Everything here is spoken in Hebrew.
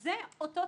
זה אותו תהליך.